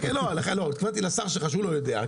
כן, התכוונתי לשר שלך שהוא לא יודע.